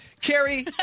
Carrie